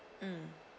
mm